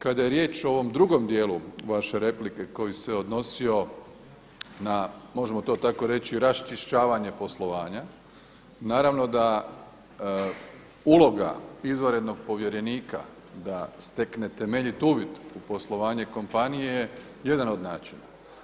Kada je riječ o ovom drugom dijelu vaše replike koji se odnosio na možemo to tako reći raščišćavanje poslovanja, naravno da uloga izvanrednog povjerenika da stekne temeljit uvid u poslovanje kompanije je jedan od načina.